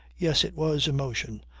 yes it was emotion,